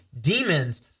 demons